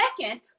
Second